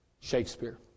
Shakespeare